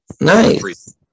nice